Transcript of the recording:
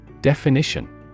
Definition